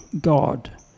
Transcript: God